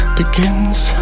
begins